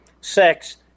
sex